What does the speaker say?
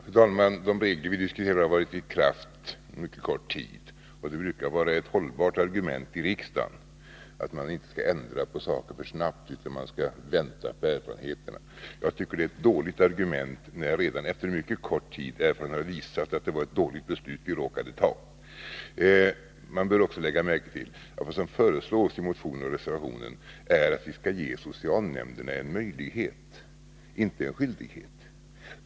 Fru talman! De bestämmelser som vi diskuterar har varit i kraft under mycket kort tid, och ett hållbart argument i riksdagen brukar vara att man inte skall ändra på saker för snart utan vänta på erfarenheterna. Jag tycker det är ett dåligt argument, eftersom erfarenheten redan efter mycket kort tid har visat att det var ett dåligt beslut som vi råkade fatta. Man bör också lägga märke till att vad som föreslås i motionerna och reservationerna är att vi skall ge socialnämnderna möjligheter, inte skyldigheter.